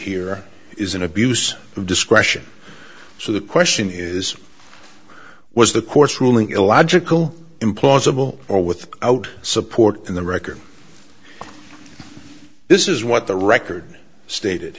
here is an abuse of discretion so the question is was the court's ruling illogical implausible or with out support in the record this is what the record stated